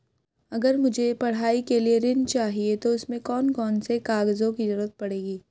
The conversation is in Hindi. अगर मुझे पढ़ाई के लिए ऋण चाहिए तो उसमें कौन कौन से कागजों की जरूरत पड़ेगी?